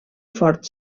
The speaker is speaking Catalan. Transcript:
fort